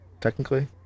technically